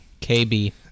KB